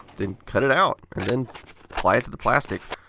then cut it out, and then apply it to the plastic.